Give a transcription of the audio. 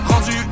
Rendu